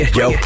yo